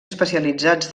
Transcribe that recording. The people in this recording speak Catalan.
especialitzats